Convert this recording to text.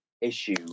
issue